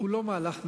אבל היא דמוקרטיה